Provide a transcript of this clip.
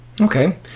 Okay